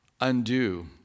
undo